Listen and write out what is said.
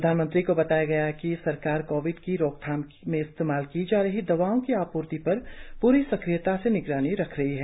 प्रधानमंत्री को बताया गया कि सरकार कोविड की रोकथाम में इस्तेमाल की जा रही दवाओं की आपूर्ति पर प्री सक्रियता से निगरानी रख रही है